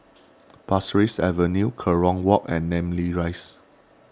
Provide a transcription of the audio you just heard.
Pasir Ris Avenue Kerong Walk and Namly Rise